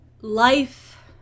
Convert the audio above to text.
life